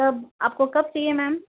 कब आपको कब चाहिए मैम